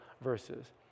verses